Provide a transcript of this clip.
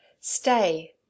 Stay